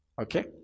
Okay